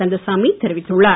கந்தசாமி தெரிவித்துள்ளார்